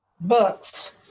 Books